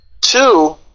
Two